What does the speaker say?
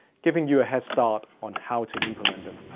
giving you a head start on how to implement them.